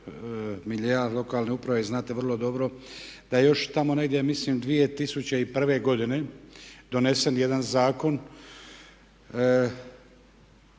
miljea lokalne uprave i znate vrlo dobro da je još tamo negdje mislim 2001. godine donesen jedan zakon